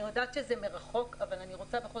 אני יודעת שזה מרחוק אבל אני רוצה בכל